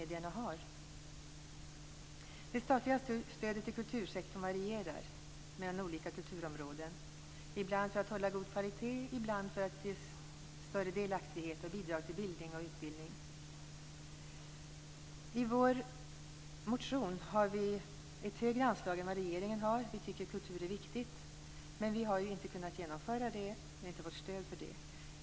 Det statliga stödet till kultursektorn varierar mellan olika kulturområden, ibland för att hålla god kvalitet, ibland för att bidra till större delaktighet, bildning och utbildning. I vår motion har vi föreslagit ett högre anslag än vad regeringen har. Vi tycker att detta med kultur är viktigt, men vi har inte kunnat fullfölja det, vi inte fått stöd för det.